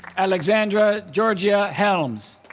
alexandra georgia helms